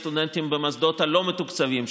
אצל הסטודנטים במוסדות הלא-מתוקצבים,